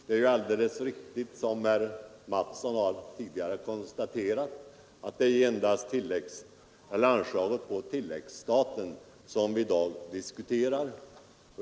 Det är alldeles riktigt, som herr Mattsson i Lane Herrestad tidigare har konstaterat, att det endast är anslaget på tilläggsstaten som vi i dag diskuterar.